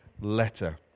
letter